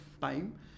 time